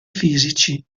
fisici